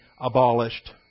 abolished